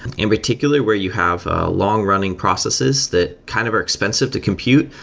in particular, where you have long-running processes that kind of are expensive to compute,